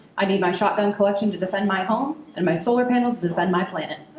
i need my shotgun collection to defend my home, and my solar panels to defend my planet.